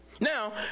Now